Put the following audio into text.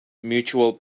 mutual